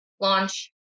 launch